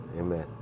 amen